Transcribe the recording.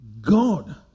God